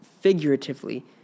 figuratively